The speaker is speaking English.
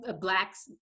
Blacks